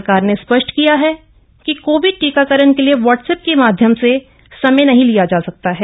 सरकप्र ने स्पष्ट किया है कि कोविड टीकफ्ररण के लिए व्हाप्ट्सएप के माध्यम से समय नहीं लिया जा सकता है